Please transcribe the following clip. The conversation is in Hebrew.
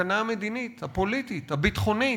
הסכנה המדינית, הפוליטית, הביטחונית.